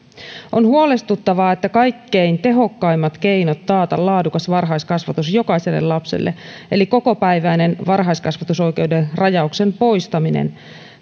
on huolestuttavaa että kaikkein tehokkaimmat keinot taata laadukas varhaiskasvatus jokaiselle lapselle eli kokopäiväinen varhaiskasvatusoikeuden rajauksen poistaminen